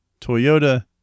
Toyota